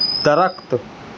درخت